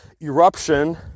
eruption